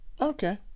Okay